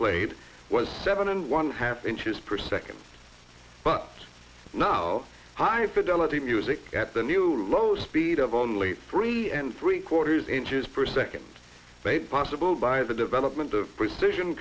played was seven and one half inches per second but now high fidelity music at the new low speed of only three and three quarters inches per second made possible by the development of precision